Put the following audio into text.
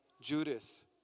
Judas